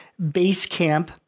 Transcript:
Basecamp